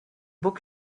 book